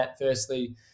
firstly –